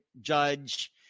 Judge